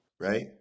right